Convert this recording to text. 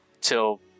Till